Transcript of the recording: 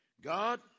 God